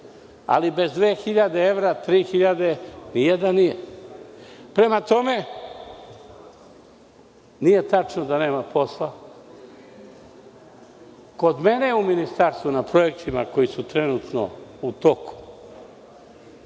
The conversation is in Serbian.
ali bez 2-3 hiljade evra nijedan nije. Prema tome, nije tačno da nema posla. Kod mene u ministarstvu na projektima koji su trenutno u toku